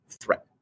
threat